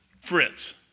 Fritz